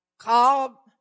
Call